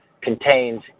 contains